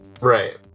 Right